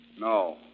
No